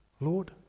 Lord